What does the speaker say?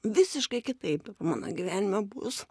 visiškai kitaip mano gyvenime bus